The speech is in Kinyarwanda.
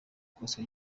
kotswa